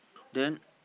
then